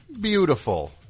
Beautiful